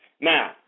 Now